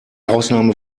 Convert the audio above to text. ausnahme